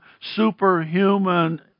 superhuman